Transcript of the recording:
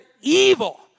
evil